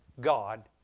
God